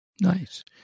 Nice